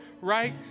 right